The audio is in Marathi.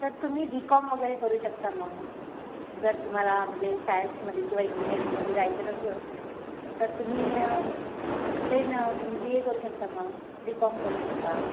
तर तुम्ही बी कॉम वगैरे करू शकता मग जर तुम्हाला म्हणजे सायन्समध्ये किंवा इंजीनियरिंगमध्ये जायचं नसलं तर तुम्ही प्लेन बी ए करू शकता मग बी कॉम करू शकता